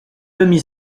demi